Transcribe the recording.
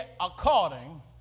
according